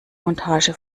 montage